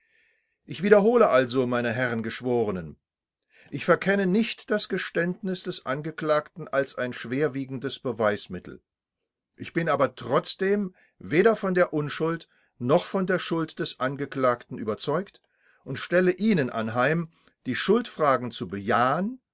ich wiederhole also meine herren geschworenen ich verkenne nicht das geständnis des angeklagten als ein schwerwiegendes beweismittel ich bin aber trotzdem weder von der unschuld noch von der schuld des angeklagten überzeugt und stelle ihnen anheim die schuldfragen zu bejahen